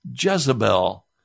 Jezebel